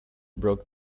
broke